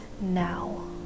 now